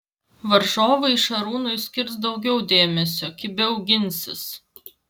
varžovai šarūnui skirs daugiau dėmesio kibiau ginsis